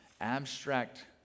abstract